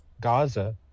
Gaza